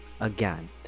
Again